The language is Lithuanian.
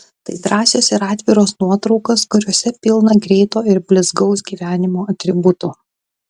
tai drąsios ir atviros nuotraukos kuriose pilna greito ir blizgaus gyvenimo atributų